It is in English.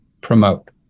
promote